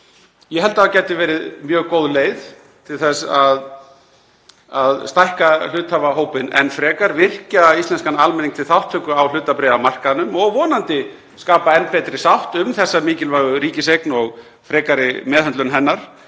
Ég held að það gæti verið mjög góð leið til þess að stækka hluthafahópinn enn frekar, virkja íslenskan almenning til þátttöku á hlutabréfamarkaðnum og vonandi skapa enn betri sátt um þessa mikilvægu ríkiseign og frekari meðhöndlun hennar.